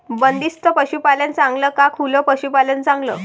बंदिस्त पशूपालन चांगलं का खुलं पशूपालन चांगलं?